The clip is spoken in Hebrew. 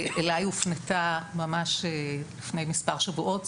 שאליי הופנתה ממש לפני מספר שבועות.